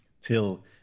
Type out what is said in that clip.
till